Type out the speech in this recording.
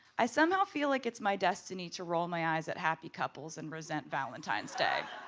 i somehow feel like it's my destiny to roll my eyes at happy couples and resent valentine's day.